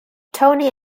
tony